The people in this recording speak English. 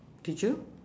did you